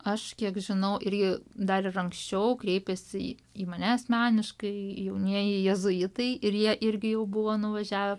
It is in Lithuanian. aš kiek žinau irgi dar ir anksčiau kreipėsi į mane asmeniškai jaunieji jėzuitai ir jie irgi jau buvo nuvažiavę